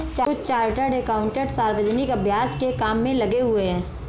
कुछ chartered accountant सार्वजनिक अभ्यास के काम में लगे हुए हैं